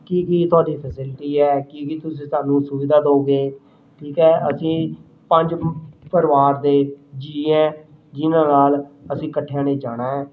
ਕੀ ਕੀ ਤੁਹਾਡੀ ਫੈਸਿਲੀਟੀ ਹੈ ਕੀ ਕੀ ਤੁਸੀਂ ਸਾਨੂੰ ਸੁਵਿਧਾ ਦੇਵੋਗੇ ਠੀਕ ਹੈ ਅਸੀਂ ਪੰਜ ਪਰਿਵਾਰ ਦੇ ਜੀਅ ਹੈ ਜਿਨ੍ਹਾਂ ਨਾਲ ਅਸੀਂ ਇਕੱਠਿਆ ਨੇ ਜਾਣਾ ਹੈ